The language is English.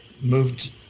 moved